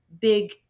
big